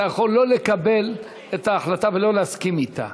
אתה יכול לא לקבל את ההחלטה ולא להסכים אתה,